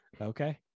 Okay